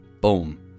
Boom